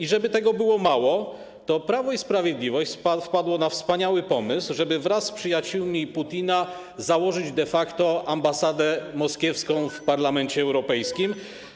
I jakby tego było mało, to Prawo i Sprawiedliwość wpadło na wspaniały pomysł, żeby wraz z przyjaciółmi Putina założyć de facto ambasadę moskiewską w Parlamencie Europejskim.